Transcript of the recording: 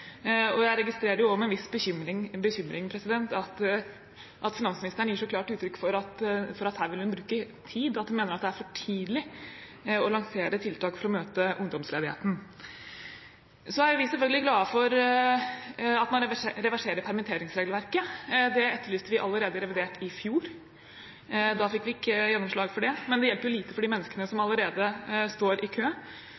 Jeg registrerer også med en viss bekymring at finansministeren gir så klart uttrykk for at hun vil bruke tid, at hun mener det er for tidlig å lansere tiltak for å møte ungdomsledigheten. Vi er selvfølgelig glad for at man reverserer permitteringsregelverket. Det etterlyste vi allerede i revidert i fjor. Da fikk vi ikke gjennomslag for det, men det hjelper jo lite for de menneskene som allerede står i kø.